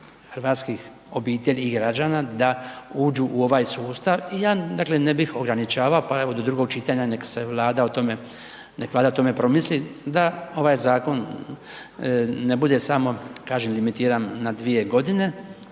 hrvatskih obitelji i građana da uđu u ovaj sustav i ja dakle ne bih ograničavao pa evo do drugog čitanja neka Vlada o tome promisli da ovaj zakon ne bude samo kažem, limitiran na 2 g.